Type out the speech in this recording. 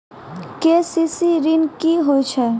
KCC ॠन की होय छै?